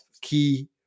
key